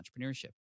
entrepreneurship